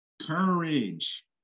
courage